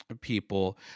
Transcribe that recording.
people